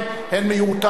הן מיותרות,